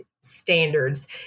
Standards